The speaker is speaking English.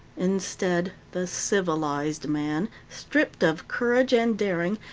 instead, the civilized man, stripped of courage and daring,